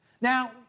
Now